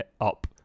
up